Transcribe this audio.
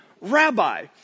Rabbi